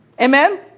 Amen